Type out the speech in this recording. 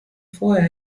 vorher